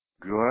good